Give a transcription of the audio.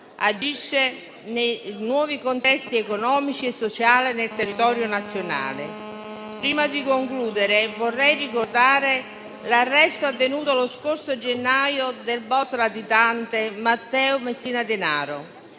agisce nei nuovi contesti economici e sociali nel territorio nazionale. Prima di concludere, vorrei ricordare l'arresto avvenuto lo scorso gennaio del boss latitante Matteo Messina Denaro: